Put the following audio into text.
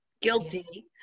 guilty